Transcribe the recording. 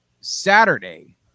Saturday